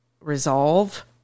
resolve